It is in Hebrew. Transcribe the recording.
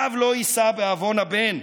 ואב לא יישא בעוון הבן.